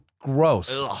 Gross